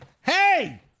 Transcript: Hey